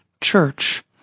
church